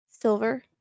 Silver